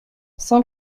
cent